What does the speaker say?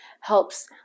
helps